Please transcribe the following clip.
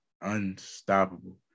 Unstoppable